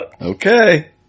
Okay